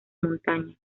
montaña